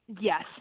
Yes